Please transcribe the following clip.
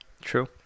True